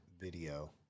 video